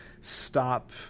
stop